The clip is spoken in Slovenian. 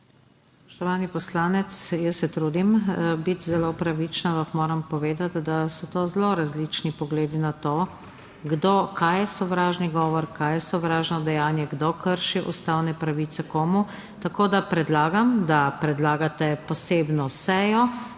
Spoštovani poslanec, jaz se trudim biti zelo pravična, ampak moram povedati, da so zelo različni pogledi na to, kaj je sovražni govor, kaj je sovražno dejanje, kdo krši ustavne pravice komu. Tako da predlagam, da predlagate posebno sejo,